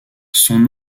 son